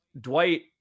Dwight